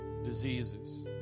diseases